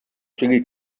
sigui